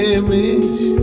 image